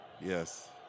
Yes